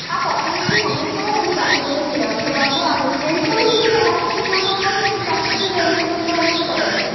আর তখন যদি সমস্যা হয় আমি বাসে করেও চলে আসতে পারব আর ট্রেনটা হলে সুবিধা হয় যদি না পাওয়া যায় তখন বাসটাই ইয়ে করতে হবে কী করা যায় আর